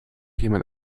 jemand